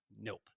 nope